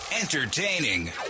Entertaining